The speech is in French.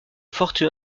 forte